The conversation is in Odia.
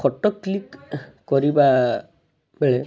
ଫୋଟୋ କ୍ଲିକ୍ କରିବାବେଳେ